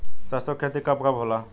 सरसों के खेती कब कब होला?